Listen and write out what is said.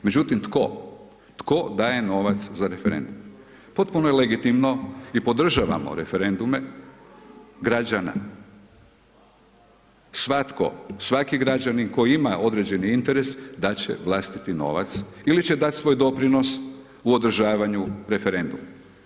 Međutim, tko, tko daje novac za referendum, potpuno je legitimno i podržavamo referendume građana, svatko, svaki građanin koji ima određeni interes dat će vlastiti novac ili će dati svoj doprinos u održavanju referenduma.